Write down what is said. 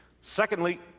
Secondly